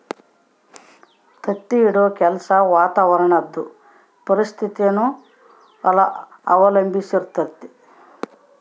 ತತ್ತಿ ಇಡೋ ಕೆಲ್ಸ ವಾತಾವರಣುದ್ ಪರಿಸ್ಥಿತಿನ ಅವಲಂಬಿಸಿರ್ತತೆ